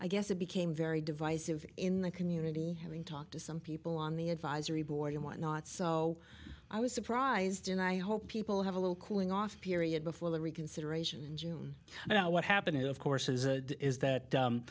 i guess it became very divisive in the community having talked to some people on the advisory board and whatnot so i was surprised and i hope people have a little cooling off period before the reconsideration june you know what happened of course is that